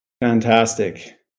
Fantastic